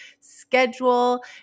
schedule